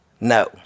No